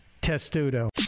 Testudo